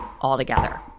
altogether